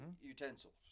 utensils